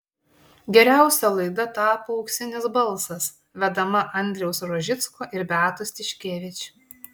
geriausia laida tapo auksinis balsas vedama andriaus rožicko ir beatos tiškevič